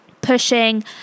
pushing